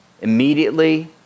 immediately